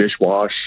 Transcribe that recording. dishwash